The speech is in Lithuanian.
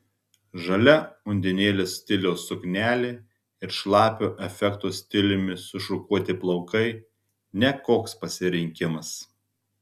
žalia undinėlės stiliaus suknelė ir šlapio efekto stiliumi sušukuoti plaukai ne koks pasirinkimas